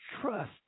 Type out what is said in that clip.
trust